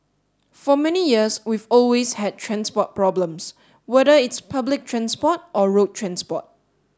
for many years we've always had transport problems whether it's public transport or road transport